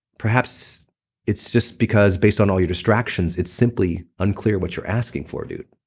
perhaps it's just because based on all your distractions, it's simply unclear what you're asking for, dude.